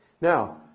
Now